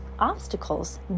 Obstacles